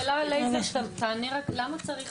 למה צריך